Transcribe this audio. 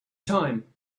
time